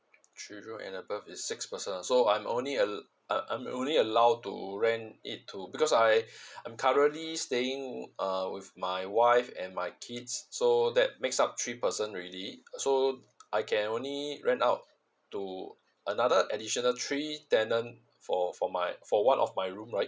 three room and above is six person so I'm only a um I'm only allowed to rent it to because I I'm currently staying uh with my wife and my kids so that makes up three person already so I can only rent out to another additional three tenant for for my for one of my room right